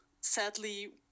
sadly